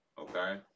okay